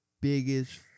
biggest